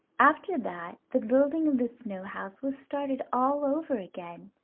after that the building of the snow house was started all over again.